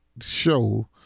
Show